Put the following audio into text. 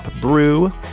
Brew